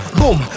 boom